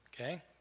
Okay